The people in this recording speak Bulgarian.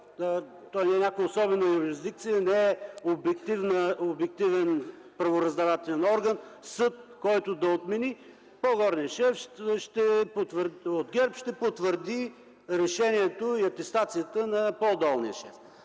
Той не е някаква особена юрисдикция, не е обективен правораздавателен орган, съд, който да отмени, и по-горният шеф от ГЕРБ ще потвърди решението и атестацията на по-долния шеф,